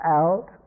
out